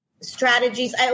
strategies